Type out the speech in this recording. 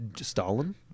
Stalin